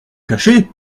cacher